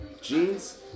Jeans